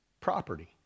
property